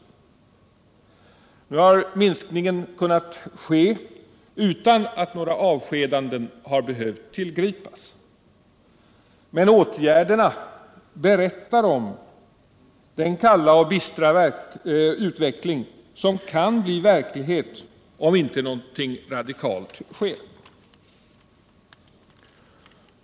Minskningen har visserligen kunnat ske utan att några avskedanden har behövt tillgripas, men siffrorna berättar om den kalla och bistra utveckling som kan bli verklighet om inte något radikalt sker.